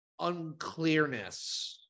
unclearness